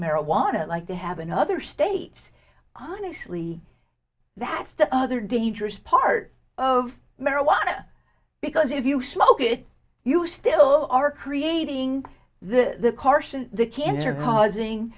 marijuana like they have in other states honestly that's the other dangerous part of marijuana because if you smoke it you still are creating the carson the cancer causing